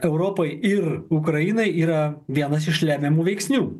europai ir ukrainai yra vienas iš lemiamų veiksnių